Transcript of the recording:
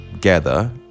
gather